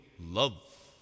love